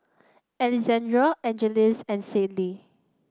Alexandr Angeles and Sydell